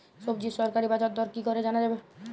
সবজির সরকারি বাজার দর কি করে জানা যাবে?